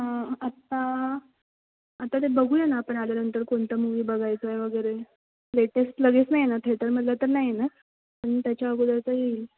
हां आत्ता आता ते बघूया ना आपण आल्यानंतर कोणतं मूवी बघायचं आहे वगैरे लेटेस्ट लगेच नाही येणार थेटरमधलं तर नाही येणार पण त्याच्या अगोदरचं येईल